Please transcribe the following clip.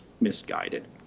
misguided